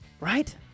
Right